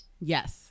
Yes